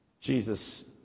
Jesus